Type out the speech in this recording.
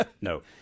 No